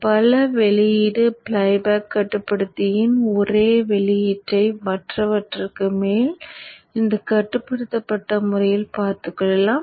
பல வெளியீடு ஃப்ளைபேக் கட்டுப்படுத்தியின் ஒரு வெளியீட்டை மற்றவற்றுக்கு மேல் இந்தக் கட்டுப்படுத்தப்பட்ட முறையில் பார்த்துக்கொள்ளலாம்